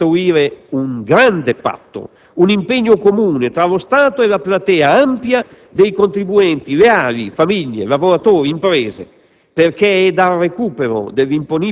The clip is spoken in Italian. su questo terreno è necessario costruire un grande patto, un impegno comune tra lo Stato e la platea ampia dei contribuenti leali (famiglie, lavoratori, imprese),